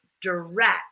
direct